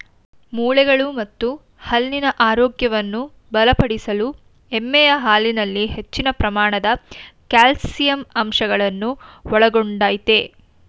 ಮೂಳೆಗಳು ಮತ್ತು ಹಲ್ಲಿನ ಆರೋಗ್ಯವನ್ನು ಬಲಪಡಿಸಲು ಎಮ್ಮೆಯ ಹಾಲಿನಲ್ಲಿ ಹೆಚ್ಚಿನ ಪ್ರಮಾಣದ ಕ್ಯಾಲ್ಸಿಯಂ ಅಂಶಗಳನ್ನು ಒಳಗೊಂಡಯ್ತೆ